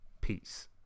Peace